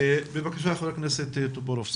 בבקשה ח"כ טופורובסקי.